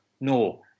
No